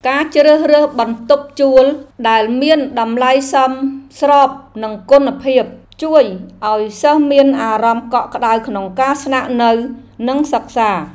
ការជ្រើសរើសបន្ទប់ជួលដែលមានតម្លៃសមស្របនឹងគុណភាព ជួយឱ្យសិស្សមានអារម្មណ៍កក់ក្តៅក្នុងការស្នាក់នៅនិងសិក្សា។